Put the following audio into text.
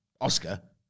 Oscar